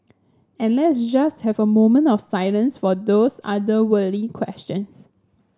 and let's just have a moment of silence for those otherworldly questions